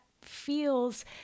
feels